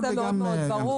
הנושא מאוד מאוד ברור.